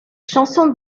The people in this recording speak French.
chansons